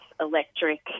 electric